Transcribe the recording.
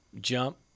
jump